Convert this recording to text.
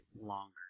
longer